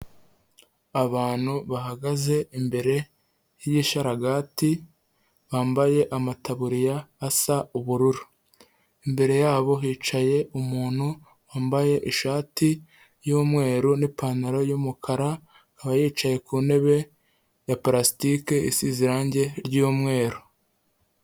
Abantu bahagaze imbere y'isharagati bambaye amataburiya asa ubururu, imbere yabo hicaye umuntu wambaye ishati y'umweru n'ipantaro y'umukara, akaba yicaye ku ntebe ya palasitike isize irange ry'umweru.